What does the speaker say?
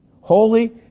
holy